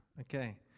Okay